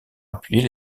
appuyer